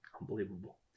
Unbelievable